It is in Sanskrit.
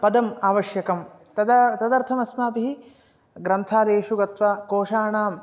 पदम् आवश्यकं तदा तदर्थम् अस्माभिः ग्रन्थालयेषु गत्वा कोषाणाम्